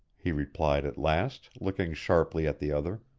he replied at last, looking sharply at the other.